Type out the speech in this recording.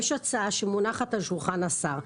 יש הצעה שמונחת על שולחן השר,